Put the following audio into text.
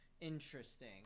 interesting